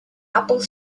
apple